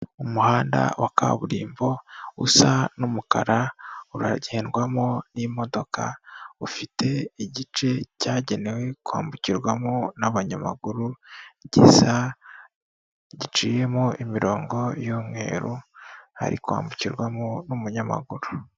Umuhanda wa kaburimbo usa n'umukara, uragendwamo n'imodoka, ufite igice cyagenewe kwambukirwamo n'abanyamaguru, gisa, giciyemo imirongo y'umweru, hari kwambukirwamo n'umunyamaguru.